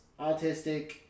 autistic